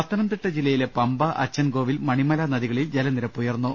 പത്തനംതിട്ട ജില്ലയിലെ പമ്പ അച്ചൻകോവിൽ മണിമല നദി കളിൽ ജലനിരപ്പ് ഉയർന്നു